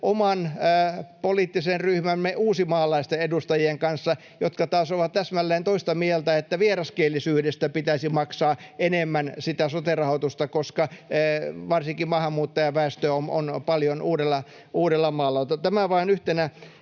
oman poliittisen ryhmänne uusimaalaisten edustajien kanssa, jotka taas ovat täsmälleen toista mieltä, että vieraskielisyydestä pitäisi maksaa enemmän sitä sote-rahoitusta, koska varsinkin maahanmuuttajaväestöä on paljon Uudellamaalla. Otan tämä vain yhtenä